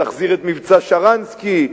תחזיר את מבצע שרנסקי,